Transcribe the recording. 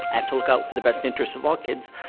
i have to look out for the best interests of all kids.